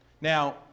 Now